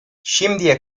şimdiye